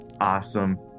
awesome